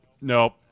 Nope